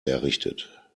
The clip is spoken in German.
errichtet